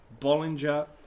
Bollinger